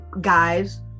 guys